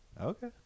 okay